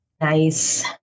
Nice